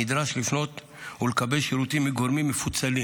הוא נדרש לפנות ולקבל שירותים מגורמים מפוצלים